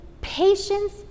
patience